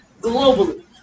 globally